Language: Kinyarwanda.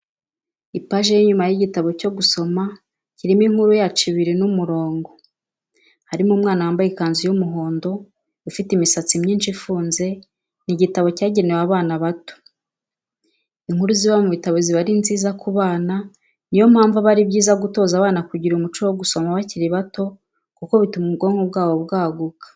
Ipaji y'inyuma y'igitabo cyo gusoma kirimo inkuru ya Cibiri n'umurongo, hariho umwana wambaye ikanzu y'umuhondo ufite imisatsi myinshi ifunze, ni igitabo cyagenewe abana bato. Inkuru ziba mu bitabo ziba ari nziza ku bana niyo mpamvu ari byiza gutoza abana kugira umuco wo gusoma bakiri bato, kuko bituma ubwonko bwabo bwaguka.